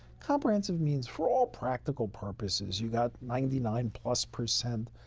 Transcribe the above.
comprehensive means, for all practical purposes, you've got ninety nine plus percent,